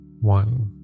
one